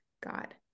God